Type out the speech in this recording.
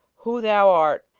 who thou art,